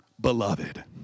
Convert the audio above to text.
beloved